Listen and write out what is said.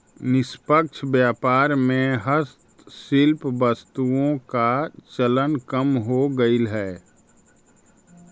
निष्पक्ष व्यापार में हस्तशिल्प वस्तुओं का चलन कम हो गईल है